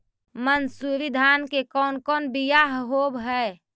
मनसूरी धान के कौन कौन बियाह होव हैं?